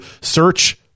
search